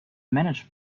manage